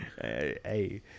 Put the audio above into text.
Hey